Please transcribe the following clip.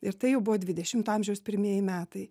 ir tai jau buvo dvidešimto amžiaus pirmieji metai